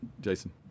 Jason